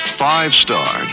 five-star